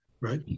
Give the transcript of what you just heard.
right